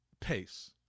pace